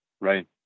Right